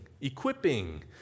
equipping